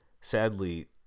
Sadly